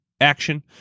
action